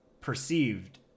perceived